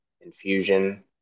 infusion